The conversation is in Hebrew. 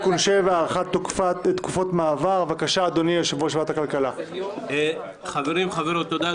בקשת יושבת-ראש הוועדה המיוחדת